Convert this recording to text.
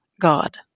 God